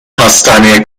hastaneye